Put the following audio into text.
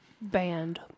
Band